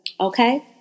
Okay